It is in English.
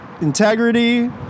integrity